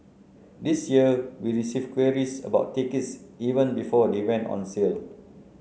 this year we received queries about tickets even before they went on sale